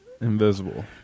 Invisible